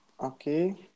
Okay